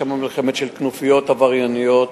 יש שם מלחמה של כנופיות עברייניות,